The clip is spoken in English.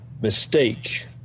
mistake